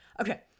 Okay